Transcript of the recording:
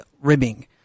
Ribbing